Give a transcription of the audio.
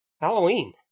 Halloween